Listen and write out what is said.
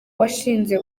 washinze